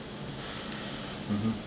mmhmm